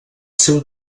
seu